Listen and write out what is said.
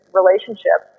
relationship